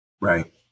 Right